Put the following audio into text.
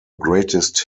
greatest